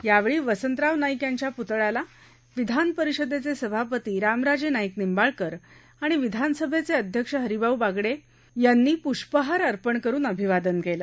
यावेळी वसंतराव नाईक यांच्या पुतळ्याला विधानपरिषदेचे सभापती रामराजे नाईक निंबाळकर आणि विधानसभेचे अध्यक्ष हरिभाऊ बागडे यांनी पृष्पहार अर्पण करुन अभिवादन केलं